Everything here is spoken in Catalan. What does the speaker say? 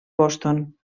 boston